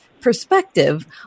perspective